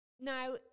Now